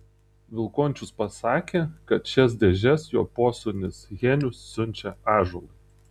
vilkončius pasakė kad šias dėžes jo posūnis henius siunčia ąžuolui